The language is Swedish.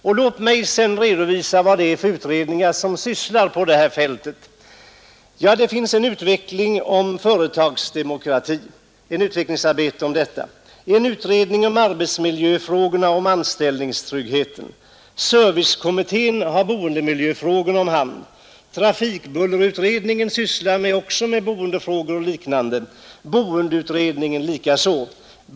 Låt mig sedan redovisa vad det är för utredningar som arbetar på det här fältet. Det pågår ett utvecklingsarbete i fråga om företagsdemokrati, det finns en utredning om arbetsmiljöfrågorna och om anställningstryggheten. Servicekommittén har boendemiljöfrågorna om hand. Trafikbullerutredningen sysslar också med boendefrågor och liknande, boendeutredningen likaså.